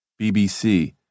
BBC